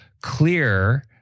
clear